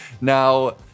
Now